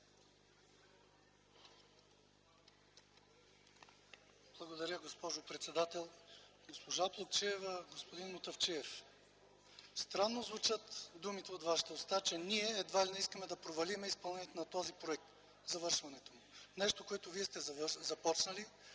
Благодаря, госпожо председател. Госпожо Плугчиева, господин Мутафчиев! Странно звучат думите от вашите уста, че ние едва ли не искаме да провалим изпълнението, завършването на този проект. Това е нещо, което вие сте започнали,